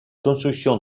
construction